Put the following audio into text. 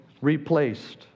replaced